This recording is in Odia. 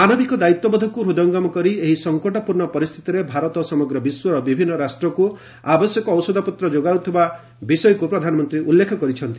ମାନବିକ ଦାୟିତ୍ୱବୋଧକୁ ହୃଦୟଙ୍ଗମ କରି ଏହି ସଙ୍କଟପୂର୍ଣ୍ଣ ପରିସ୍ଥିତିରେ ଭାରତ ସମଗ୍ର ବିଶ୍ୱର ବିଭିନ୍ନ ରାଷ୍ଟ୍ରକୁ ଆବଶ୍ୟକ ଔଷଧପତ୍ର ଯୋଗାଉଥିବା ବିଷୟକୁ ପ୍ରଧାନମନ୍ତ୍ରୀ ଉଲ୍ଲେଖ କରିଛନ୍ତି